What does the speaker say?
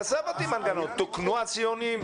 עזוב אותי מהמנגנון, תוקנו הציונים?